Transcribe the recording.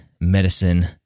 medicine